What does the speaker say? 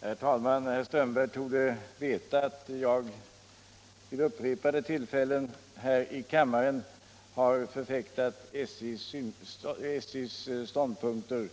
Herr talman! Herr Strömberg i Botkyrka torde veta att jag vid upprepade tillfällen här i kammaren har förfäktat SJ:s ståndpunkter